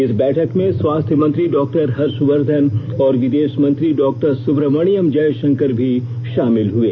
इस बैठक में स्वास्थ्य मंत्री डाक्टर हर्षवर्धन और विदेश मंत्री डाक्टर सुब्रहाण्यम जयशंकर भी शामिल हुए